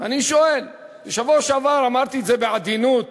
אני שואל, בשבוע שעבר אמרתי את זה בעדינות